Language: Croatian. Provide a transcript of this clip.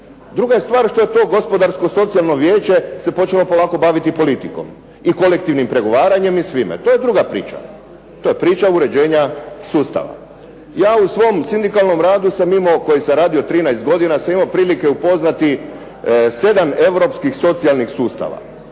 Druga stvar što se to Gospodarsko vijeće počelo baviti politikom, kolektivnim pregovaranjem i svime, to je druga priča, to je priča uređenja sustava. Ja u svom sindikalnom radu koji sam radio 13 godina, sam imao prilike upoznati 7 Europskih socijalnih sustava.